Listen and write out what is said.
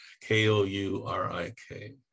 K-O-U-R-I-K